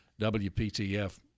WPTF